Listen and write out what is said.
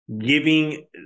giving